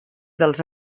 dels